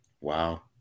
Wow